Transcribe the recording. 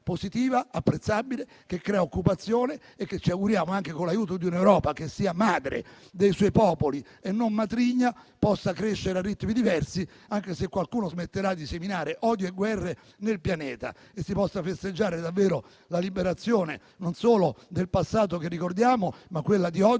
apprezzabile e crea occupazione. Ci auguriamo inoltre che con l'aiuto di un'Europa che sia madre dei suoi popoli e non matrigna, questa politica possa crescere a ritmi diversi. E ci auguriamo anche, se qualcuno smetterà di seminare odio e guerre nel pianeta, che si possa festeggiare davvero la liberazione non solo del passato, che ricordiamo, ma quella di oggi